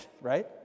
right